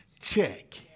check